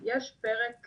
יש פרק,